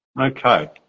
Okay